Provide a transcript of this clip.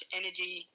energy